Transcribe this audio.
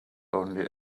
only